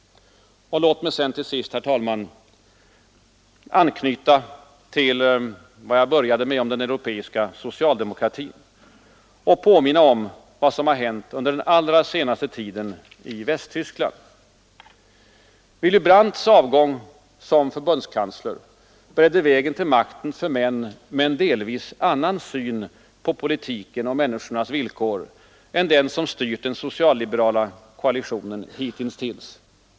Och låt mig till sist, herr talman, knyta an till vad jag började med om den europeiska socialdemokratin och påminna om vad som har hänt under den allra senaste tiden i Västtyskland. Willy Brandts avgång som förbundskansler beredde vägen till makten för män med en delvis annan syn på politiken och människornas villkor än den som har styrt den social-liberala koalitionen hitintills.